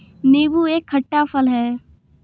नीबू एक खट्टा फल है